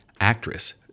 actress